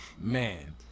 Man